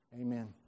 Amen